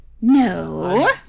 No